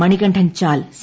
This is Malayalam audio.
മണികണ്ഠൻ ചാൽ സി